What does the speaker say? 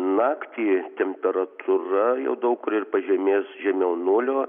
naktį temperatūra jau daug kur ir pažemės žemiau nulio